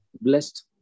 blessed